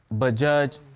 but, judge,